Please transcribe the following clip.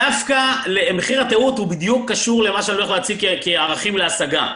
דווקא מחיר הטעות בדיוק קשור אל מה שאני הולך להציג כערכים להשגה,